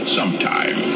sometime